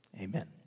Amen